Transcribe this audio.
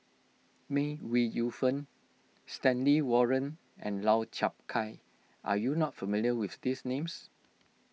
May Ooi Yu Fen Stanley Warren and Lau Chiap Khai are you not familiar with these names